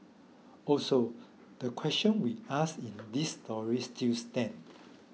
also the questions we asked in this story still stand